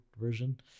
version